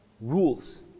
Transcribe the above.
Rules